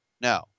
No